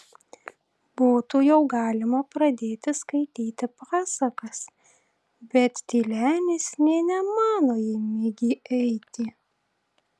būtų jau galima pradėti skaityti pasakas bet tylenis nė nemano į migį eiti